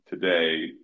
today